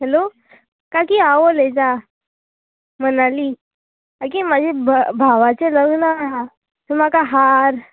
hello काकी हांव उलयता मनाली काय आगे म्हाजे भाव भावाचें लग्न आहा सो म्हाका हार